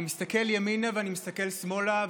אני מסתכל ימינה ואני מסתכל שמאלה,